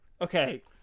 Okay